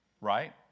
Right